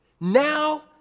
Now